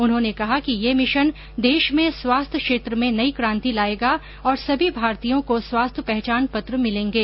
उन्होंने कहा कि यह मिशन देश में स्वास्थ्य क्षेत्र में नई कांति लाएगा और सभी भारतीयों को स्वास्थ्य पहचान पत्र मिलेंगे